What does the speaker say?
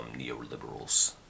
neoliberals